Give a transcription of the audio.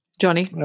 Johnny